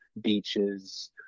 beaches